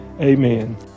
Amen